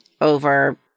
over